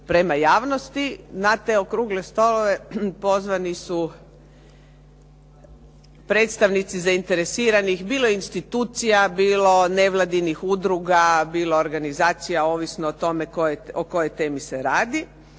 prema javnosti. Na te okrugle stolove pozvani su predstavnici zainteresiranih bilo institucija, bilo nevladinih udruga, bilo organizacija ovisno o temi o kojoj se radi.